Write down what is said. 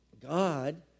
God